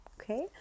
Okay